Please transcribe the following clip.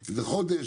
חודש,